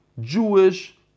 Jewish